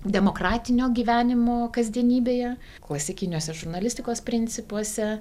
demokratinio gyvenimo kasdienybėje klasikiniuose žurnalistikos principuose